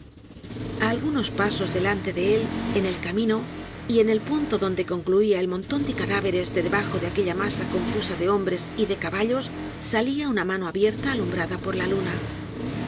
algunos pasos delante de él en el camino y en el punto donde concluía el monton de cadáveres de debajo de aquella masa confusa de hombres y de caballos salía una mano abierta alumbrada por la luna